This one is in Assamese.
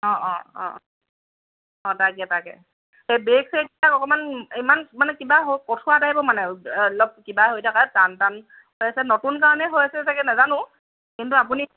অঁ অঁ অঁ অঁ তাকে তাকে এই ব্ৰেক চেক অকমান ইমান মানে কিবা কঠোৱা টাইপৰ মানে অলপ কিবা হৈ থাকে টান টান হৈ আছে নতুন কাৰণে হৈ আছে চাগে নাজানো কিন্তু আপুনি